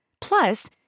Plus